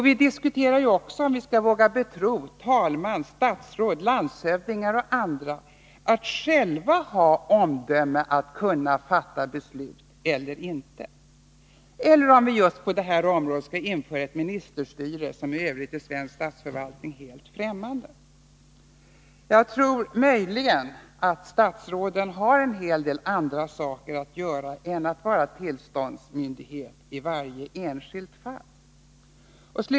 Vi diskuterar också om vi skall våga betro talman, statsråd, landshövdingar och andra att själva ha omdöme att kunna fatta beslut, eller om vi på just detta område skall införa ett ministerstyre som är helt främmande för övriga delar av svensk statsförvaltning. Jag tror att statsråden har en hel del andra saker att göra än att vara tillståndsmyndighet i varje enskilt fall.